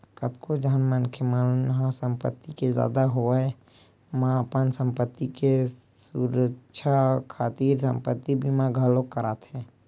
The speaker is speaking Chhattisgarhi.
कतको झन मनखे मन ह संपत्ति के जादा होवब म अपन संपत्ति के सुरक्छा खातिर संपत्ति बीमा घलोक कराथे